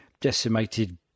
decimated